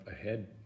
ahead